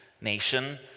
nation